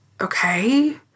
okay